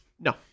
No